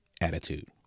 attitude